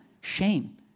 Shame